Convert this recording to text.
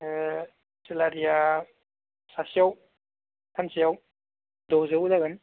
ओह सेलारिया सासेयाव सानसेआव द'जौ जागोन